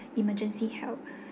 emergency help